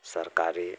सरकारी